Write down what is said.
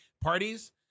parties